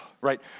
right